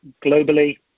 Globally